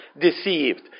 deceived